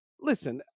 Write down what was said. listen